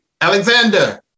Alexander